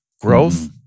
growth